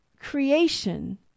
Creation